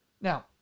Now